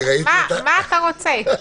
מה אתה רוצה?